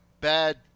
bad